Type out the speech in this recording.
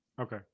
Okay